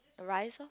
rice lor